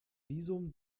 visum